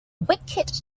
wicked